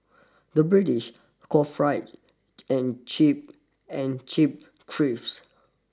the British call fried and chip and chip crisps